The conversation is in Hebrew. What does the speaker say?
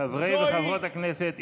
חברי וחברות הכנסת,